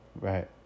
Right